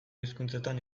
hizkuntzetan